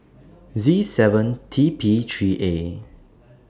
Z seven T P three A